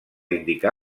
indicar